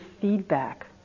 feedback